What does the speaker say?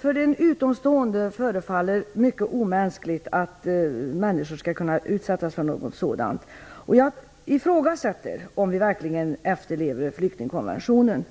För den utomstående förefaller det mycket omänskligt att människor skall kunna utsättas för något sådant. Jag ifrågasätter om vi verkligen efterlever FN:s flyktingkonvention.